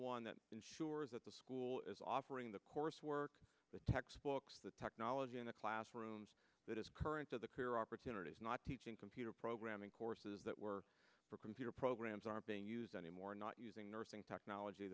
one that ensures that the school is offering the course work the textbooks the technology in the classrooms that is current to the career opportunities not teaching computer programming courses that were for computer programs are being used anymore not using nursing technology